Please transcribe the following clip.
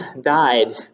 died